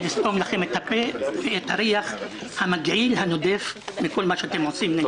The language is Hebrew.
לסתום לכם את הפה ואת הריח המגעיל הנודף מכל מה שאתם עושים נגדנו.